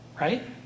right